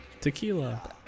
Tequila